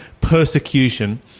persecution